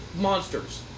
monsters